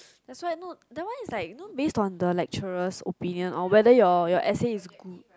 that's why no that one is like you know base on the lecturer's opinion on whether your your essay is good